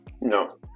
No